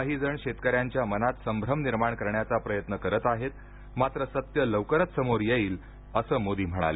काही जण शेतकऱ्यांच्या मनात संभ्रम निर्माण करण्याचा प्रयत्न करत आहेत मात्र सत्य लवकरच समोर येईल असं मोदी म्हणाले